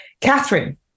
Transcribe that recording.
Catherine